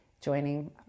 joining